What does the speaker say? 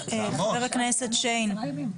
חבר הכנסת שיין,